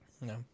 no